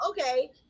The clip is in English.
okay